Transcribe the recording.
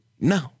no